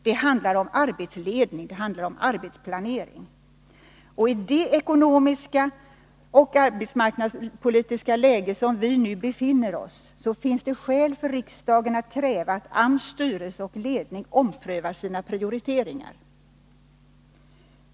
Det handlar om arbetsledning, det handlar om arbetsplanering. I det ekonomiska och arbetsmarknadspolitiska läge som vi nu befinner oss i finns det skäl för riksdagen att kräva att AMS styrelse och ledning omprövar sina prioriteringar.